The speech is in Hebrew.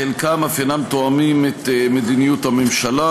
חלקם אף אינם תואמים את מדיניות הממשלה.